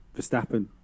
Verstappen